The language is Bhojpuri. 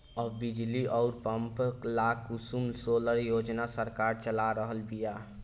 अब बिजली अउर पंप ला कुसुम सोलर योजना सरकार चला रहल बिया